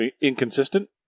inconsistent